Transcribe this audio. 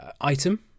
item